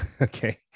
Okay